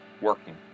working